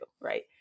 right